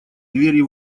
двери